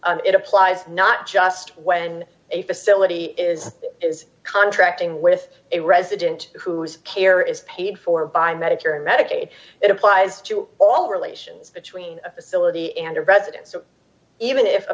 and it applies not just when a facility is is contracting with a resident who's care is paid for by medicare and medicaid it applies to all relations between a facility and a residence so even if a